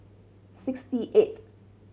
sixty eighth